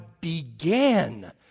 began